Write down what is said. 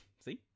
See